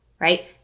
right